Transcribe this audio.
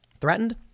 threatened